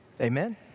Amen